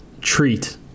treat